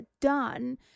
done